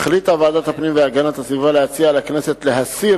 החליטה ועדת הפנים והגנת הסביבה להציע לכנסת להסיר